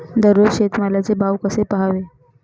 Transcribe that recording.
दररोज शेतमालाचे भाव कसे पहावे?